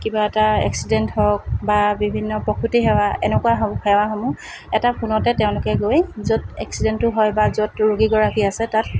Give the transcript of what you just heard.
কিবা এটা এক্সিডেণ্ট হওক বা বিভিন্ন প্ৰসূতি সেৱা এনেকুৱা সেৱাসমূহ এটা ফোনতে তেওঁলোকে গৈ য'ত এক্সিডেণ্টটো হয় বা য'ত ৰোগীগৰাকী আছে তাত পায়গৈ